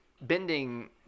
bending